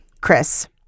Chris